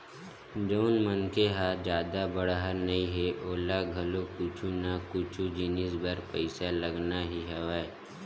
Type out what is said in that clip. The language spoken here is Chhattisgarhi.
जउन मनखे ह जादा बड़हर नइ हे ओला घलो कुछु ना कुछु जिनिस बर पइसा लगना ही हवय